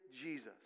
Jesus